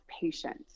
patient